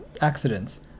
accidents